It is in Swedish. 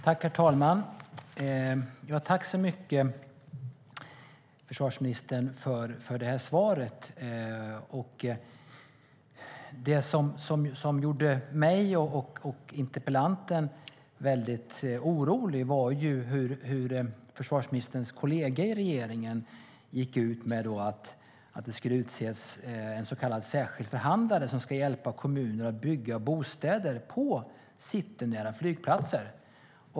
Herr talman! Tack så mycket, försvarsministern, för svaret! Det som gjorde mig och interpellanten väldigt oroliga var att försvarsministerns kollega i regeringen gick ut med att det ska utses en så kallad särskild förhandlare som ska hjälpa kommuner att bygga bostäder på citynära flygplatser.